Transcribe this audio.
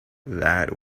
that